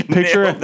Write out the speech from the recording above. Picture